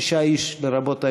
שישה איש, לרבות היושב-ראש,